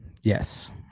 Yes